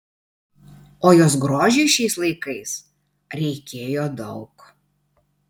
o jos grožiui šiais laikais reikėjo daug